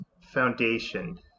foundation